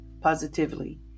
positively